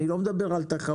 אני לא מדבר על תחרות,